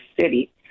city